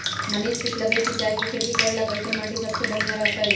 मनीष पूछलकई कि चाय के खेती करे ला कईसन माटी सबसे बनिहा रहतई